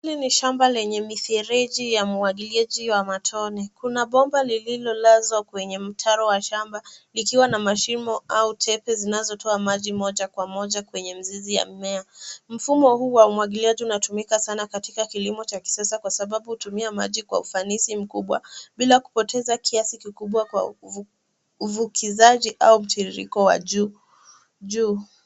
Hili ni shamba lenye mifereji ya umwagiliaji wa matone. Kuna bomba lililolazwa kwenye mtaro wa shamba, likiwa na mashimo au tepe zinazotoa maji moja kwa moja kwenye mizizi ya mimea. Mfumo huu wa umwagiliaji unatumika Sana katika kilimo cha kisasa Kwa sababu hutumia maji Kwa ufanisi mkubwa, bila kupoteza kiasi kikubwa kwa uvukizaji au mtiririko wa juu.